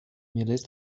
milers